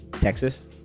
Texas